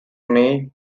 may